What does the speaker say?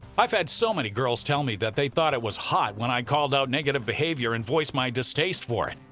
i've had so many girls tell me that they thought it was hot when i called out negative behavior and voiced my distaste for it.